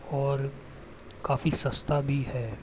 और काफ़ी सस्ता भी है